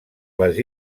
les